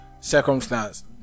circumstance